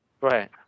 Right